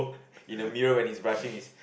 in the mirror when he's brushing his